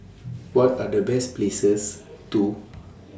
What Are The Best Places to